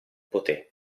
potè